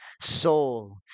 soul